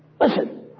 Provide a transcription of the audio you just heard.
listen